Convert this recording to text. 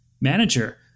manager